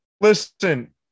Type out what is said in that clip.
Listen